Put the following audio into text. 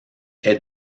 est